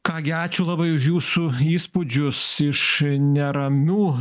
ką gi ačiū labai už jūsų įspūdžius iš neramių